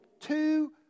two